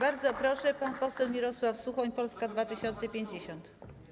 Bardzo proszę, pan poseł Mirosław Suchoń, Polska 2050.